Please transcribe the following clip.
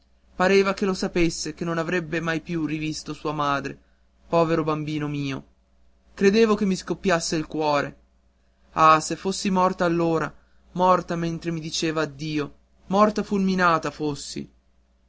pareva che lo sapesse che non avrebbe mai più rivisto sua madre povero marco povero bambino mio credevo che mi scoppiasse il cuore ah se fossi morta allora morta mentre mi diceva addio morta fulminata fossi